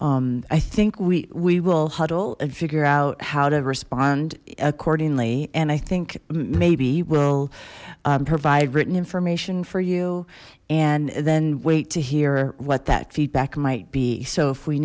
i think we we will huddle and figure out how to respond accordingly and i think maybe we'll provide written information for you and then wait to hear what that feedback might be so if we